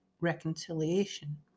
reconciliation